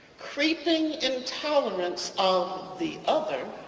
creeping intolerance of the other,